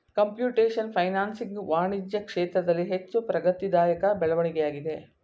computation financing ವಾಣಿಜ್ಯ ಕ್ಷೇತ್ರದಲ್ಲಿ ಹೆಚ್ಚು ಪ್ರಗತಿದಾಯಕ ಬೆಳವಣಿಗೆಯಾಗಿದೆ